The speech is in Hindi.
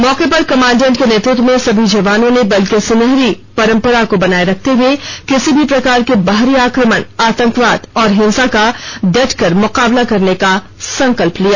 मौके पर कमाण्डेंट के नेतृत्व में सभी जवानों ने बल की सुनहरी परम्परा को बनाए रखते हुए किसी भी प्रकार के बाहरी आक्रमण आतंकवाद और हिंसा का डटकर मुकाबला करने का संकल्प लिया